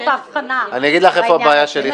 אני אגיד לך איפה הבעיה שלי,